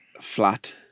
Flat